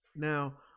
Now